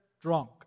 drunk